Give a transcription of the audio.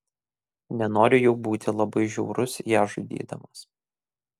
nenori jau būti labai žiaurus ją žudydamas